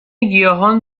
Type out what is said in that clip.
گیاهان